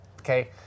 Okay